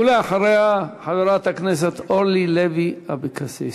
ולאחריה, חברת הכנסת אורלי לוי אבקסיס.